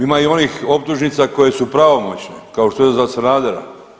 Ima i onih optužnica koje su pravomoćne kao što je za Sanadera.